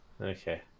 okay